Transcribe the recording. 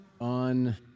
on